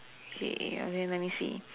K I mean let me see